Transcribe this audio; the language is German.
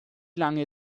lange